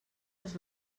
els